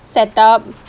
set up